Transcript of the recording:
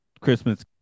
Christmas